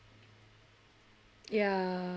ya